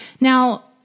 Now